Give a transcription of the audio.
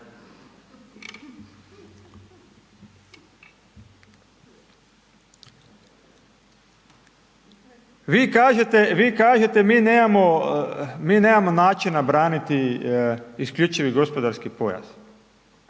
vi kažete mi nemamo načina braniti isključivi gospodarski pojas.